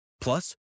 Plus